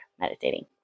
meditating